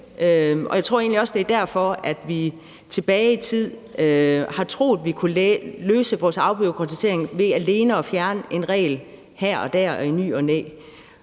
Jeg tror egentlig også, at vi tidligere har troet, vi kunne lave vores afbureaukratisering ved alene at fjerne en regel her og der og i ny og næ.